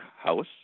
House